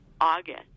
August